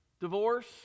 Divorce